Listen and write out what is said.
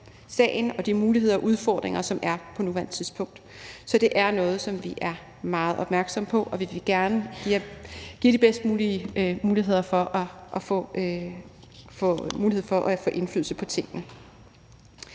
sagen og de muligheder og udfordringer, der er på nuværende tidspunkt. Så det er noget, vi er meget opmærksomme på, og vi vil gerne give de bedste muligheder for at få indflydelse på tingene.